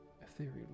ethereal